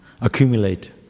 accumulate